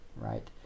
right